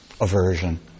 aversion